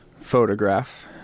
photograph